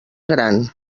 gran